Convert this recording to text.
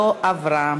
נתקבלה.